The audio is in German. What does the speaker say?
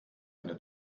eine